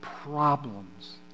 problems